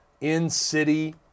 in-city